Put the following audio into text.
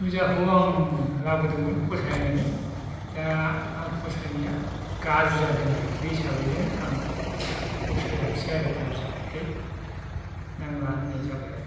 मुजाखौ आंलाबोदों फसानानै दा आं फसायनाया गाज्रि जादों आरो बे हिसाबैनो आं फसायासै आरो गाज्रि जानायखाय नांला होननाय जाबाय आरो